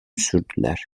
sürdüler